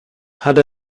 had